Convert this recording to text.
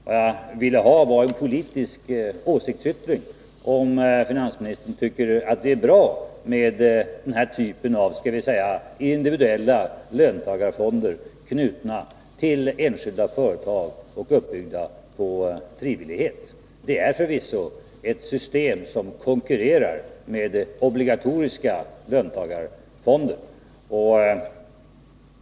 Vad jag ville ha var en politisk åsiktsyttring som klargjorde om finansministern tycker det är bra med den här typen av — som jag vill kalla det — individuella löntagarfonder, knutna till enskilda företag och uppbyggda på frivillighet. Det är förvisso ett system som konkurrerar med obligatoriska löntagarfonder.